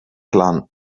clan